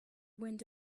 wind